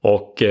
Och